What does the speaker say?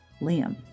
Liam